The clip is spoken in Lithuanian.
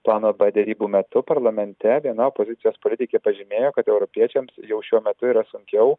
plano b derybų metu parlamente viena opozicijos politikė pažymėjo kad europiečiams jau šiuo metu yra sunkiau